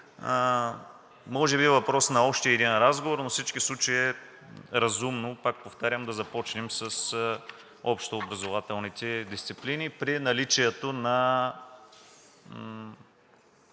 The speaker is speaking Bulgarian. Може би е въпрос на още един разговор, но във всички случаи е разумно, пак повтарям, да започнем с общообразователните дисциплини при наличието на